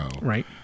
Right